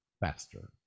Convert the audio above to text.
Faster